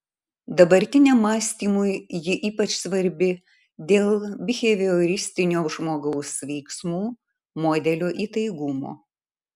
dabartiniam mąstymui ji ypač svarbi dėl bihevioristinio žmogaus veiksmų modelio įtaigumo